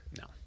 No